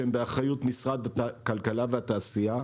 שהם באחריות משרד הכלכלה והתעשייה,